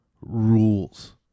rules